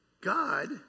God